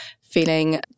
feeling